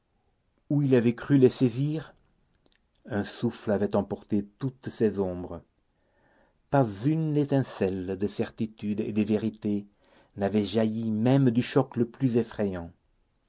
où il avait cru les saisir un souffle avait emporté toutes ces ombres pas une étincelle de certitude et de vérité n'avait jailli même du choc le plus effrayant